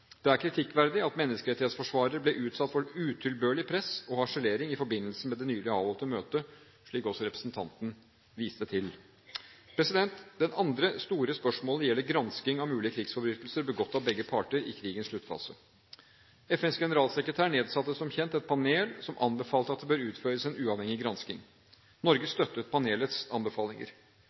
Det er kritikkverdig at menneskerettighetsforsvarere ble utsatt for utilbørlig press og harselering i forbindelse med det nylig avholdte møtet, slik også representanten viste til. Det andre store spørsmålet gjelder gransking av mulige krigsforbrytelser begått av begge parter i krigens sluttfase. FNs generalsekretær nedsatte som kjent et panel som anbefalte at det bør utføres en uavhengig gransking. Norge støttet panelets anbefalinger.